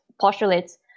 postulates